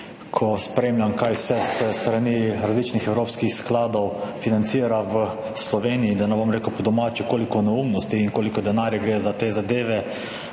ko spremljam, kaj vse se s strani različnih evropskih skladov financira v Sloveniji, da ne bom rekel po domače, koliko neumnosti in koliko denarja gre za te zadeve,